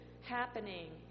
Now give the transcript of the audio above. happening